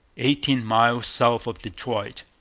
eighteen miles south of detroit.